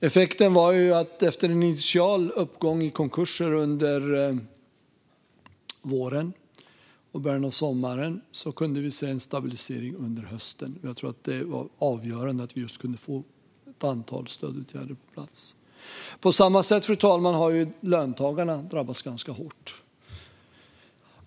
Effekten var att vi efter en initial uppgång i antalet konkurser under våren och början av sommaren kunde se en stabilisering under hösten. Jag tror att det var avgörande att vi kunde få ett antal stödåtgärder på plats. På samma sätt, fru talman, har löntagarna drabbats ganska hårt.